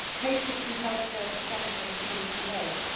patients and healthcare professionals need to know.